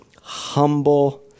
humble